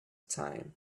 time